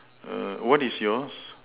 err what is yours